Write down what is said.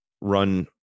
run